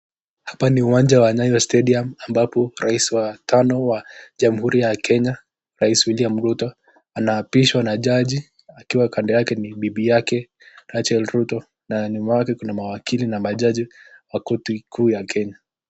Hapa ni uwanja wa Nyayo [stadium] ambapo rais wa tano wa jamhuri ya Kenya, rais William Ruto, anaapishwa na jaji, akiwa kando yake ni bibi yake, Rachael Ruto na nyuma yake kuna mawakili na majaji wa korti kuu ya Kenya.